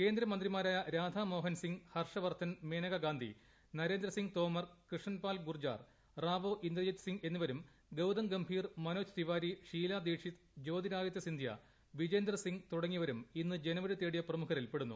കേന്ദ്രമന്ത്രിമാരായ രാധാമോഹൻ സിംഗ് ഹർഷവർധൻ മേനകാഗാന്ധി നരേന്ദ്രസിംഗ് തോമർ കൃഷ്ണൻപാൽ ഗുർജാർ റാവോ ഇന്ദ്രജിത് സിംഗ് എന്നിവരും ഗൌതംഗംഭൂർ മനോജ് തിവാരി ഷീലാദീക്ഷിത് ജ്യോതിരാദിത്യ സിന്ധ്യ വിജേന്ദർ സിംഗ് തുടങ്ങിയവരും ഇന്ന് ജനവിധി തേടിയ പ്രമുഖരിൽപെടുന്നു